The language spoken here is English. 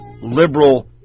liberal